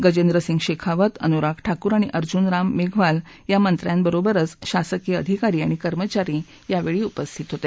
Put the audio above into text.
गजेंद्र सिंग शेखावत अनुराग ठाकूर आणि अर्जुन राम मेघवाल या मंत्र्यांबरोबरच शासकीय अधिकारी आणि कर्मचारी यावेळी उपस्थित होते